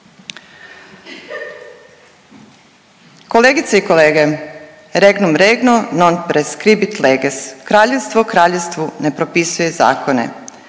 Kolegice i kolege, regnum regno non praescribit leges, kraljevstvo kraljevstvu ne propisuje zakone